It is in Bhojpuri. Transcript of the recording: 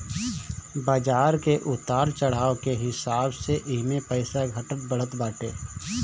बाजार के उतार चढ़ाव के हिसाब से एमे पईसा घटत बढ़त बाटे